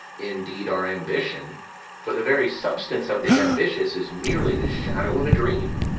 indeed, are ambition for the very substance of the ambitious is merely the shadow of a dream.